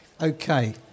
Okay